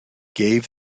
gave